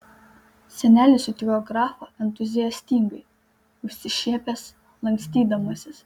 senelis sutiko grafą entuziastingai išsišiepęs lankstydamasis